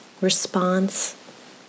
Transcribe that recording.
response